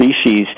species